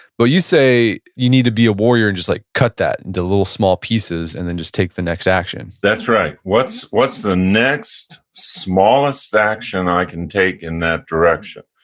but you say you need to be a warrior and just like cut that into little small pieces, and then just take the next action that's right. what's what's the next smallest action i can take in that direction?